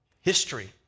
history